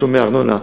בתשלומי ארנונה.